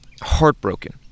heartbroken